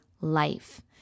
life